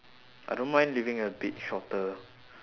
I don't mind living a bit shorter